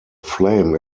flame